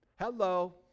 Hello